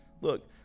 Look